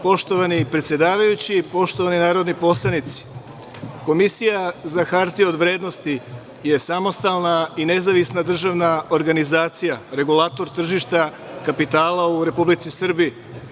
Poštovani predsedavajući, poštovani narodni poslanici, Komisija za hartije od vrednosti je samostalna i nezavisna državna organizacija, regulator tržišta kapitala u Republici Srbiji.